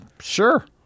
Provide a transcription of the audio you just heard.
Sure